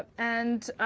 and